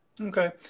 Okay